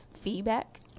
feedback